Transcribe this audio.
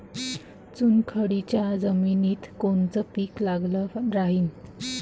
चुनखडीच्या जमिनीत कोनचं पीक चांगलं राहीन?